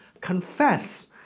confess